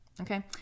okay